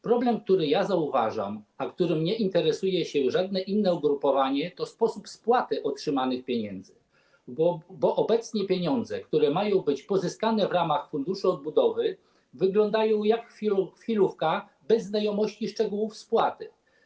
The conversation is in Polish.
Problem, który zauważam, a którym nie interesuje się żadne inne ugrupowanie, to sposób spłaty otrzymanych pieniędzy, bo obecnie pieniądze, które mają być pozyskane w ramach Funduszu Odbudowy, wyglądają jak chwilówka, nie znamy szczegółów spłaty.